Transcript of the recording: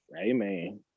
Amen